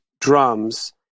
drums